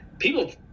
People